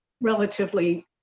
relatively